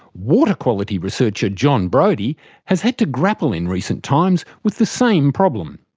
water quality researcher jon brodie has had to grapple in recent times with the same problem.